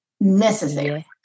necessary